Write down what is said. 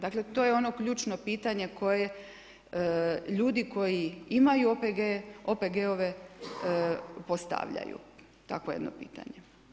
Dakle to je ono ključno pitanje koje ljudi koji imaju OPG-ove postavljaju takvo jedno pitanje.